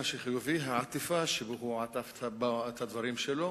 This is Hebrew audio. מה שחיובי הוא העטיפה שבה הוא עטף את הדברים שלו.